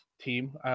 team